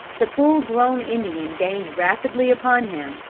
the full-grown indian gained rapidly upon him,